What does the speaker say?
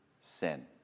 sin